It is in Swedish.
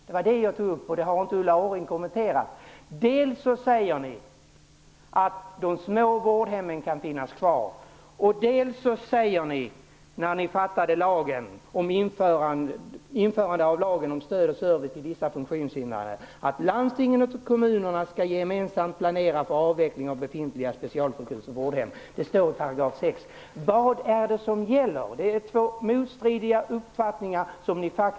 Det tog jag upp, men det har Ulla Orring inte kommenterat. Dels säger ni att de små vårdhemmen kan finnas kvar. Dels framgår det av lagen om införande av lagen om stöd och service till vissa funktionshindrade att landstingen och kommunerna gemensamt skall planera för avveckling av befintliga specialsjukhus och vårdhem. Det står i 6 §. Vad är det som gäller? Ni har faktiskt två motstridiga uppfattningar.